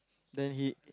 then he